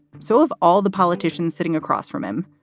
so of all the politicians sitting across from him.